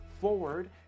forward